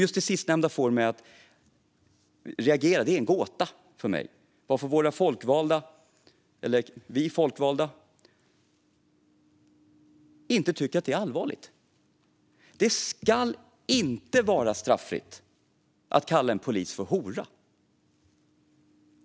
Just det sistnämnda får mig att reagera. Det är en gåta för mig varför vi folkvalda inte tycker att det är allvarligt. Det ska inte vara straffritt att kalla en polis för hora.